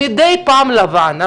מדי פעם לבן,